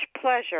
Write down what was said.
pleasure